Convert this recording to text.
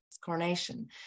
coronation